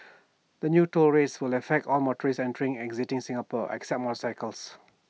the new toll rates will affect all motorists entering and exiting Singapore except motorcyclists